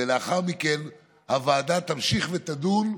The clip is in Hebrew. ולאחר מכן הוועדה תמשיך ותדון,